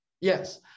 yes